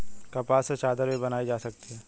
कपास से चादर भी बनाई जा सकती है